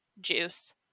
juice